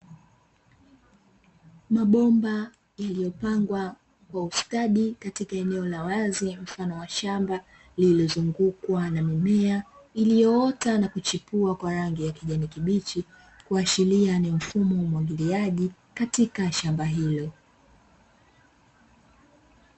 Mabomba yaliyopangwa kwa ustadi katika eneo la wazi mfano wa shamba, lililozungukwa na mimea iliyoota na kuchipua kwa rangi ya kijani kibichi, kuashiria ni mfumo wa umwagiliaji katika shamba hilo.